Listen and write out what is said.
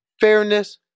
fairness